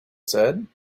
said